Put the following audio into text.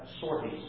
sorties